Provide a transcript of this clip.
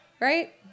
right